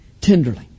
tenderly